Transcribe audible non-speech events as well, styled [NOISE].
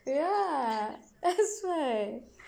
[LAUGHS] ya that's why